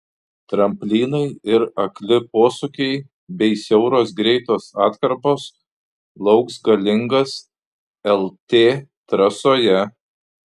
tramplynai ir akli posūkiai bei siauros greitos atkarpos lauks galingas lt trasoje